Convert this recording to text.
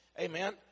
Amen